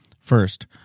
First